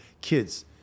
kids